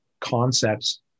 concepts